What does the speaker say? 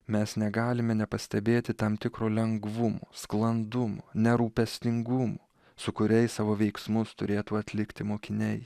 mes negalime nepastebėti tam tikro lengvumo sklandumo nerūpestingumo su kuriais savo veiksmus turėtų atlikti mokiniai